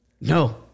No